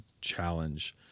challenge